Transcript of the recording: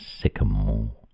sycamore